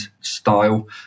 style